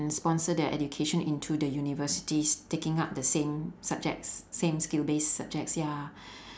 and sponsor their education into the universities taking up the same subjects same skill base subjects ya